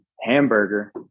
hamburger